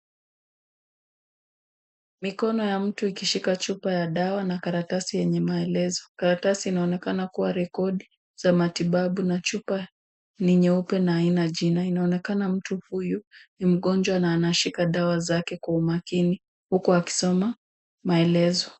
Mikono ya mtu ikishika chupa ya dawa na karatasi yenye maelezo. Karatasi inaonekana kuwa rekodi za matibabu na chupa ni nyeupe na aina ya jina. Inaonekana mtu huyu ni mgonjwa na anashika dawa zake kwa umakini huku akisoma maelezo.